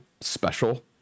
special